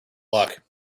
luck